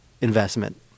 investment